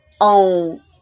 on